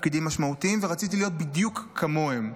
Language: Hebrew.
תפקידים משמעותיים ורציתי להיות בדיוק כמוהם.